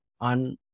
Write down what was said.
on